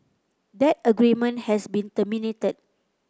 that agreement has been terminated